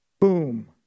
boom